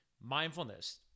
mindfulness